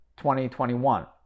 2021